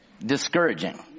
discouraging